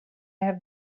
have